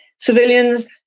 Civilians